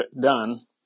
done